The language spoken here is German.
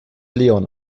leon